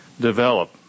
develop